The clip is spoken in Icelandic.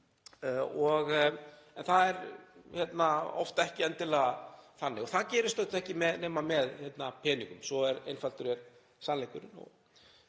og það er oft ekki endilega þannig. Það gerist auðvitað ekki nema með peningum, svo einfaldur er sannleikurinn.